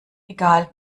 egal